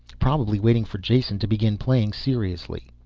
probably waiting for jason to begin playing seriously.